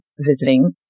visiting